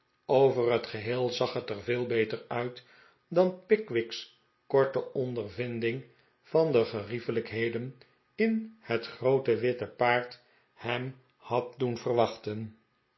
over het geheel zag het er veel beter uit dan pickwicks korte ondervinding van de geriefelijkhedenin het groote witte paard hem had doen verwachten